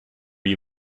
you